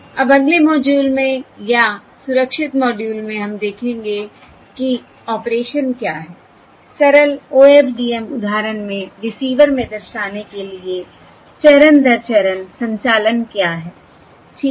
अब अगले मॉड्यूल में या सुरक्षित मॉड्यूल में हम देखेंगे कि ऑपरेशन क्या है सरल OFDM उदाहरण में रिसीवर में दर्शाने के लिए चरण दर चरण संचालन क्या हैं ठीक है